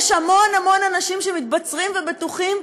אני לא חושב כמוהם,